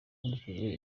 nkurikije